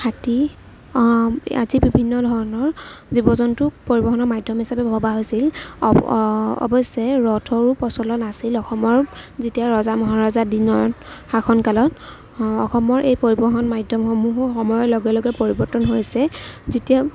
হাতী আদি বিভিন্ন ধৰণৰ জীৱ জন্তুক পৰিবহণৰ মাধ্যম হিচাপে ভবা হৈছিল অৱশ্যে ৰথৰো প্ৰচলন আছিল অসমত যেতিয়া ৰজা মহাৰজাৰ দিনত শাসনকালত অসমৰ এই পৰিবহণ মাধ্যমসমূহো সময়ৰ লগে লগে পৰিৱৰ্তন হৈছে যেতিয়া